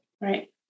Right